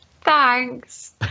Thanks